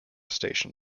station